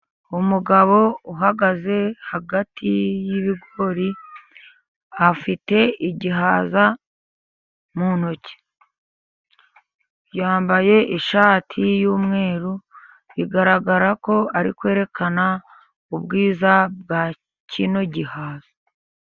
Umugabo uhagaze hagati y'ibigori afite igihaza mu ntoki, yambaye ishati y'umweru bigaragara ko ari kwerekana ubwiza bwa kino gihaza.